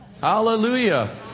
Hallelujah